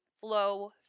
flow